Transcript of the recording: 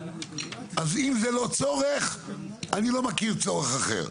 אז אם זה לא צורך, אני לא מכיר צורך אחר.